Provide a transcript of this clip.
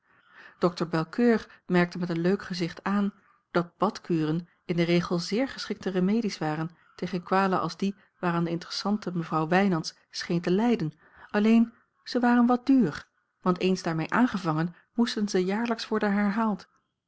dokter belcoeur merkte met een leuk gezicht aan dat badkuren in den regel zeer geschikte remedies waren tegen kwalen als die waaraan de interessante mevrouw wijnands scheen te lijden alleen ze waren wat duur want eens daarmee aangevangen moesten ze jaarlijks worden herhaald